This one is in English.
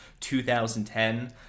2010